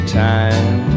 time